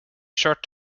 short